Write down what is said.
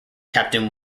captain